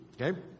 Okay